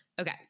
Okay